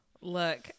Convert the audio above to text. Look